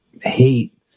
hate